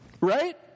Right